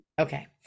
Okay